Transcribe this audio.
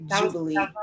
jubilee